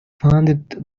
funded